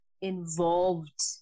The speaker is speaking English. involved